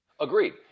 Agreed